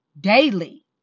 daily